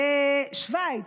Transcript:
לשווייץ,